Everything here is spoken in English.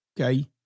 Okay